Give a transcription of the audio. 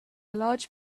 large